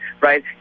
right